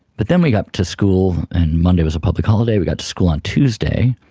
but then we got to school and monday was a public holiday, we got to school on tuesday,